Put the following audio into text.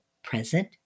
present